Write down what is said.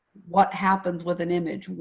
what happens with an image,